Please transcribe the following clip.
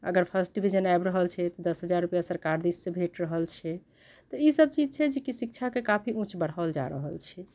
अगर first division आबि रहल छै तऽ दस हजार रुपैआ सरकार दिस सँ भेट रहल छै तऽ ईसब चीज छै जेकी शिक्षा के काफी ऊँच बढ़ाओल जा रहल छै